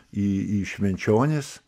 į į švenčionis